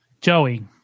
Joey